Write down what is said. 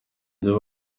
byo